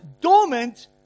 dormant